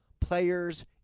players